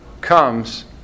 comes